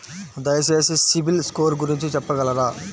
దయచేసి CIBIL score గురించి చెప్పగలరా?